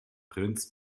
prinz